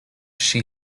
she